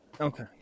Okay